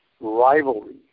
rivalry